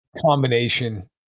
combination